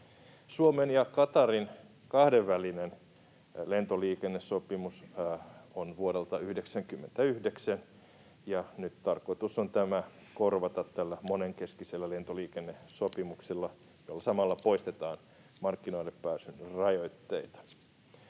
Suomen ja Qatarin kahdenvälinen lentoliikennesopimus on vuodelta 99, ja nyt tarkoitus on tämä korvata tällä monenkeskisellä lentoliikennesopimuksella, jolla samalla poistetaan markkinoille pääsyn rajoitteita.